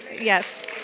Yes